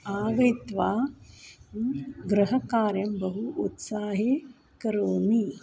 आगत्य गृहकार्यं बहु उत्साहेन करोमि